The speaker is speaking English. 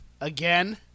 again